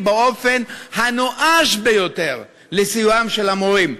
באופן הנואש ביותר לסיועם של המורים.